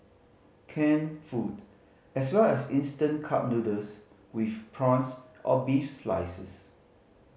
canned food as well as instant cup noodles with prawns or beef slices